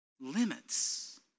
limits